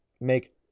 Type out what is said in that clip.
make